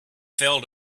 fell